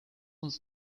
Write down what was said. uns